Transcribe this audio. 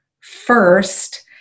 First